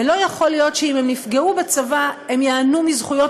ולא יכול להיות שאם הם נפגעו בצבא הם ייהנו מזכויות